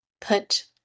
Put